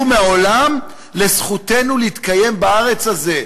מהעולם על זכותנו להתקיים בארץ הזאת,